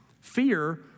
Fear